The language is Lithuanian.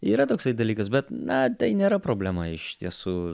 yra toksai dalykas bet na tai nėra problema iš tiesų